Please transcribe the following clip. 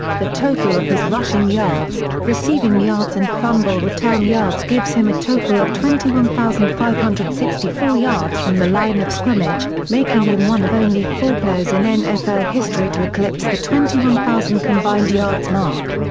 the total of his rushing yards, receiving yards and fumble return yards gives him a total of twenty one thousand five hundred and sixty four yards from the line of scrimmage, making him one of only four players in nfl history to eclipse the twenty one thousand combined yards mark.